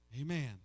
Amen